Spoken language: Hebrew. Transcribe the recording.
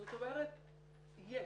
זאת אומרת, יש.